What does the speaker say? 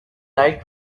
like